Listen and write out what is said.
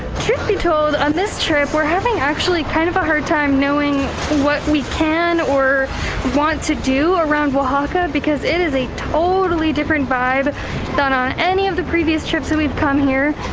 truth be told, on this trip we're having actually kind of a hard time knowing what we can or want to do around oaxaca because it is a totally different vibe than on any of the previous trips that we've come here,